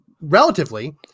Relatively